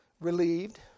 Relieved